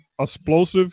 explosive